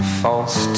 false